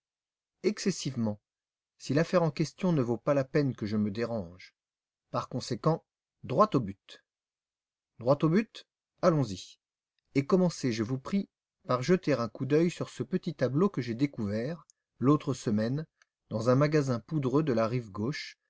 excessivement si l'affaire en question ne vaut pas la peine que je me dérange par conséquent droit au but droit au but allons-y et commencez je vous prie par jeter un coup d'œil sur ce petit tableau que j'ai découvert l'autre semaine dans un magasin poudreux de la rive gauche